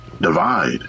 divide